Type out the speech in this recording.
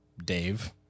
Dave